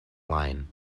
line